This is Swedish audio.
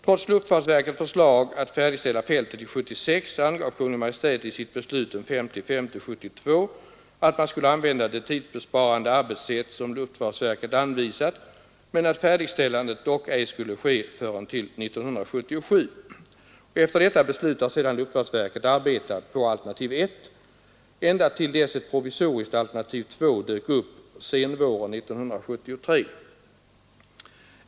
Trots luftfartsverkets förslag att fältet skulle färdigställas till 1976 angav Kungl. Maj:t i sitt beslut den 5 maj 1972 att man skulle använda det tidsbesparande arbetssätt som luftfartsverket anvisat, men att färdigställandet dock ej skulle ske förrän till 1977. Efter detta beslut har sedan luftfartsverket arbetat på alternativ 1 ända till dess ett provisoriskt alternativ 2 dök upp på senvåren 1973.